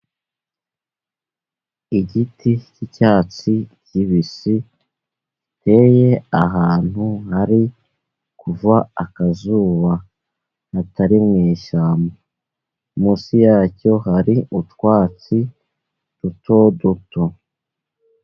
Igiti cy'icyatsi kibisi giteye ahantu hari kuva akazuba, hatari mu ishyamba. Munsi yacyo hari utwatsi dutoduto.